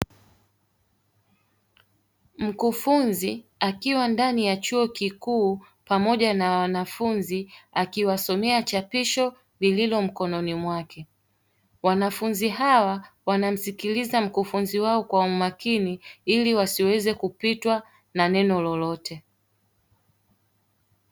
Mkufunzi akiwa ndani ya chuo kikuu pamoja na wanafunzi akiwasomea chapisho lililo mkononi mwake, wanafunzi hawa wanamsikiliza mkufunzi wao kwa umakini ili wasiweze kupitwa na neno lolote.